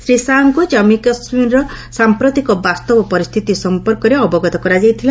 ଶ୍ରୀ ଶାହାଙ୍କୁ ଜନ୍ମୁ କାଶ୍ମୀରର ସାମ୍ପ୍ରତିକ ବାସ୍ତବ ପରିସ୍ଥିତି ସମ୍ପର୍କରେ ଅବଗତ କରାଯାଇଥିଲା